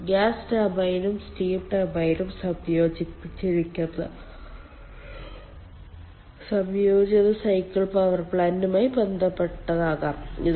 gas ടർബൈനും steam ടർബൈനും സംയോജിപ്പിച്ചിരിക്കുന്ന സംയോജിത സൈക്കിൾ പവർ പ്ലാന്റുമായി ബന്ധപ്പെട്ടതാകാം ഇത്